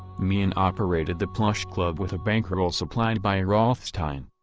meehan operated the plush club with a bankroll supplied by rothstein.